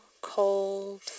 cold